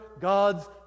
God's